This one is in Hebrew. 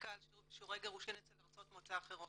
סטטיסטיקה על שיעורי גירושין בארצות מוצא אחרות?